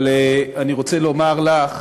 אבל אני רוצה לומר לך,